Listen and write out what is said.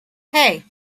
hey